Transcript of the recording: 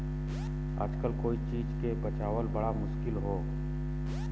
आजकल कोई चीज के बचावल बड़ा मुश्किल हौ